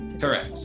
Correct